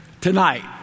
Tonight